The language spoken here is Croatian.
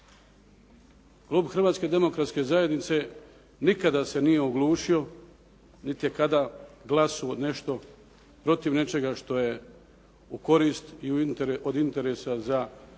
Klub Hrvatske demokratske zajednice nikada se nije oglušio niti je kada glasovao nešto protiv nečega što je u korist i od interesa za Domovinski